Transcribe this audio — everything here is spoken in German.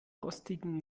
rostigen